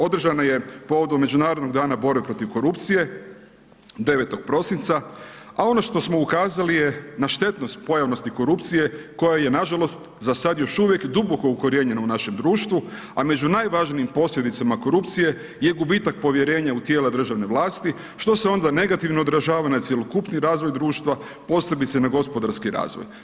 Održana je povodom Međunarodnog dana borbe protiv korupcije, 9. prosinca, a ono što smo ukazali je na štetnost pojavnosti korupcije, koja je nažalost, za sad još uvijek duboko ukorijenjena u našem društvu, a među najvažnijim posljedicama korupcije je gubitak povjerenja u tijela državne vlasti, što se onda negativno odražava na cjelokupni razvoj društva, posebice na gospodarski razvoj.